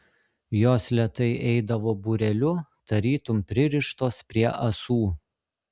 jos lėtai eidavo būreliu tarytum pririštos prie ąsų